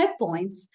checkpoints